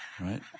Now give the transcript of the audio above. right